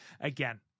again